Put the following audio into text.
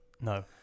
No